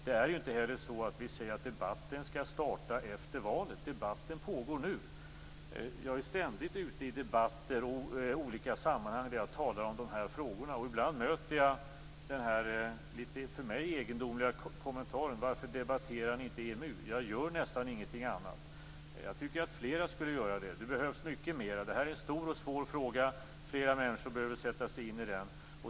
Det är inte heller så att vi säger att debatten skall starta efter valet. Debatten pågår nu. Jag är ständigt ute i debatter i olika sammanhang där jag talar om dessa frågor. Ibland möter jag den för mig litet egendomliga kommentaren: Varför debatterar ni inte EMU? Jag gör nästan ingenting annat. Jag tycker att flera skulle göra det. Det behövs mycket mer. Det här är en stor och svår fråga. Fler människor behöver sätta sig in i den.